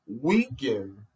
weaken